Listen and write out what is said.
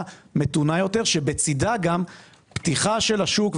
מתונה יותר שבצידה גם פתיחה של השוק.